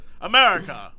America